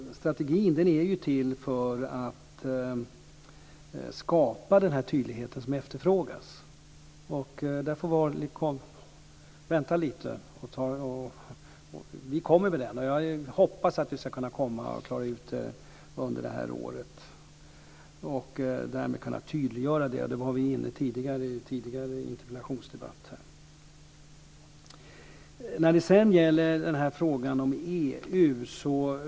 Strategin är till för att skapa den tydlighet som efterfrågas. Där får vi vänta lite. Vi kommer med den. Jag hoppas att vi ska kunna klara ut det under det här året och därmed kunna tydliggöra detta. Det var vi inne på i en tidigare interpellationsdebatt här. Så till frågan om EU.